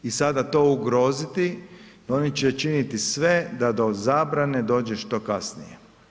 I sada to ugroziti, oni će činiti sve da do zabrane dođe što kasnije.